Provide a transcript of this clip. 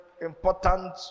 important